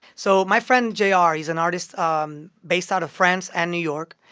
so my friend jr, he's an artist um based out of france and new york.